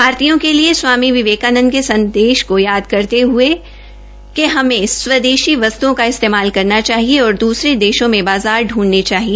भारतीयों के लिए स्वामी विवेकानंद के संदेश को याद करते हुये कि स्वदेशी वस्तुओं का इस्तेमाल करना चाहिए और दूसरे देशों में बाज़ार पूंधने चाहिए